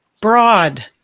Broad